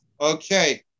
Okay